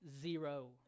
zero